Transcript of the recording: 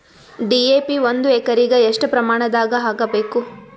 DAP ಒಂದು ಎಕರಿಗ ಎಷ್ಟ ಪ್ರಮಾಣದಾಗ ಹಾಕಬೇಕು?